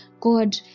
god